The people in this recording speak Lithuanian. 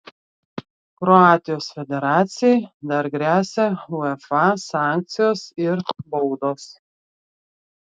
kroatijos federacijai dar gresia uefa sankcijos ir baudos